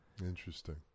Interesting